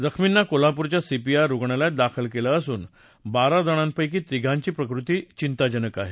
जखमींना कोल्हापूरच्या सीपीआर रुग्णालयात दाखल केलअिसून बारा जणार्प्रेकी तिघार्प्री प्रकृती चित्तिजनक आहे